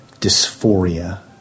dysphoria